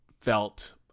felt